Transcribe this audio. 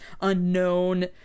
unknown